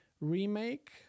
remake